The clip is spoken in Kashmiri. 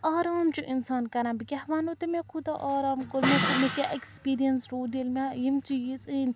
آرام چھُ اِنسان کَران بہٕ کیٛاہ وَنہو تۄہہِ مےٚ کوٗتاہ آرام کوٚر مےٚ کیٛاہ ایٚکٕسپیٖریَنٕس روٗد ییٚلہِ مےٚ یِم چیٖز أنۍ